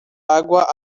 água